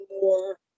more